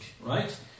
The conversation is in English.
Right